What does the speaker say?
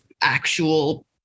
actual